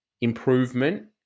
Improvement